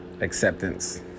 acceptance